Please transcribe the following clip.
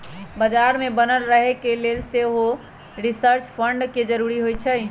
बजार में बनल रहे के लेल सेहो रिसर्च फंड के जरूरी होइ छै